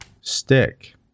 stick